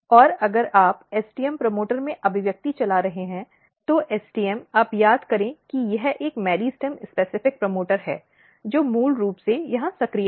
और अगर आप STM प्रमोटर में अभिव्यक्ति चला रहे हैं तो STM आप याद करें कि यह एक मेरिस्टम विशिष्ट प्रमोटर है जो मूल रूप से यहां सक्रिय है